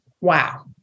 Wow